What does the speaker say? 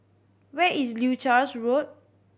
where is Leuchars Road